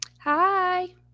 Hi